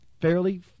fairly